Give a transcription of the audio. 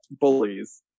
bullies